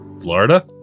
Florida